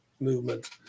movement